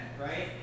right